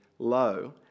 low